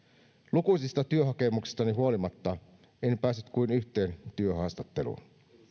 lukuisista työhakemuksistani huolimatta en päässyt kuin yhteen työhaastatteluun